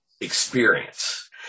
experience